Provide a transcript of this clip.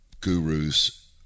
gurus